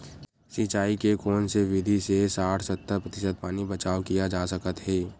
सिंचाई के कोन से विधि से साठ सत्तर प्रतिशत पानी बचाव किया जा सकत हे?